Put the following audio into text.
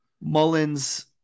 Mullins